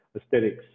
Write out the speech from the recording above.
aesthetics